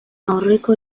aurreko